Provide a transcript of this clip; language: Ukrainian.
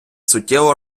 суттєво